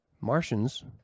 Martians